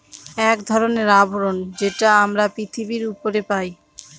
এক ধরনের আবরণ যেটা আমরা পৃথিবীর উপরে পাই